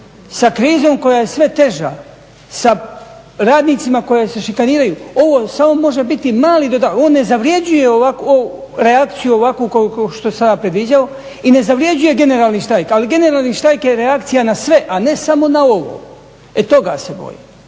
sa krizom koja je sve teža, sa radnicima koji se šikaniraju ovo samo može biti mali dodatak. On ne zavređuje ovakvu reakciju kao što sada predviđaju i ne zavređuje generalni štrajk, ali generalni štrajk je reakcija na sve a ne samo na ovo. E toga se bojim.